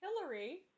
Hillary